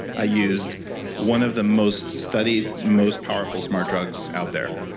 i used one of the most studied, most powerful smart drugs out there.